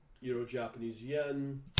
Euro-Japanese-Yen